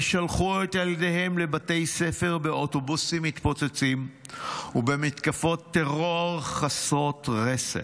ושלחו את ילדיהם לבתי ספר באוטובוסים מתפוצצים ובמתקפות טרור חסרות רסן.